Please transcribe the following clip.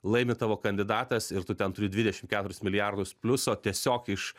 laimi tavo kandidatas ir tu ten turi dvidešim keturis milijardus pliuso tiesiog iš